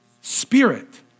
spirit